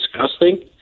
disgusting